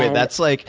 that's like